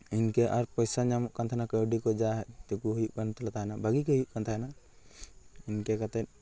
ᱤᱱᱠᱟᱹ ᱟᱨ ᱯᱚᱭᱥᱟ ᱧᱟᱢᱚᱜ ᱠᱟᱱ ᱛᱟᱦᱮᱱᱟ ᱠᱟᱹᱣᱰᱤ ᱠᱚ ᱡᱟ ᱴᱩᱠᱩ ᱦᱩᱭᱩᱜ ᱠᱟᱱ ᱛᱟᱞᱮ ᱛᱟᱦᱮᱱᱟ ᱵᱷᱟᱹᱜᱤ ᱜᱮ ᱦᱩᱭᱩᱜ ᱠᱟᱱ ᱛᱟᱦᱮᱱᱟ ᱤᱱᱠᱟᱹ ᱠᱟᱛᱮᱫ